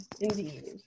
indeed